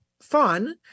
fun